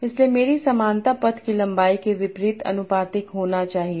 इसलिए मेरी समानता पथ की लंबाई के विपरीत आनुपातिक होनी चाहिए